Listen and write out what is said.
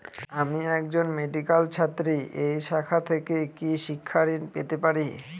আমি একজন মেডিক্যাল ছাত্রী এই শাখা থেকে কি শিক্ষাঋণ পেতে পারি?